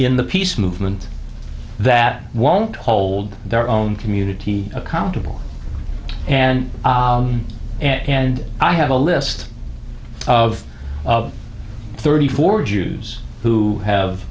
in the peace movement that won't hold their own community accountable and and i have a list of thirty four jews who have